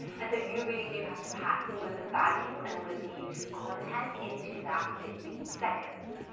and so you really do have to pack all of the value and all of the content into that fifteen seconds.